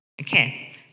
Okay